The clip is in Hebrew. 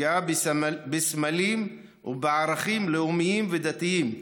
לאסור פגיעה בסמלים ובערכים לאומיים ודתיים.